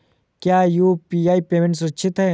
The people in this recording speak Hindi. क्या यू.पी.आई पेमेंट सुरक्षित है?